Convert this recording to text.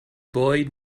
boy